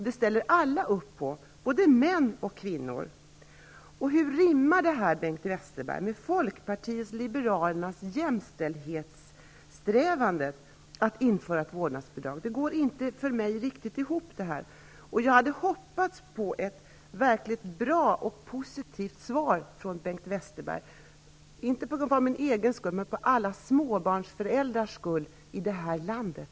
Det ställer alla upp på, både män och kvinnor. Att införa ett vårdnadsbidrag, hur rimmar det med Folkpartiet liberalernas jämställdhetssträvanden? För mig går det här inte riktigt ihop. Jag hade hoppats på ett verkligt bra och positivt svar från Bengt Westerberg, inte för min egen skull utan för alla småbarnföräldrars skull i det här landet.